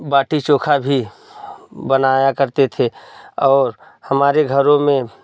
बाटी चोखा भी बनाया करते थे और हमारे घरों में